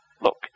look